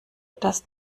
dass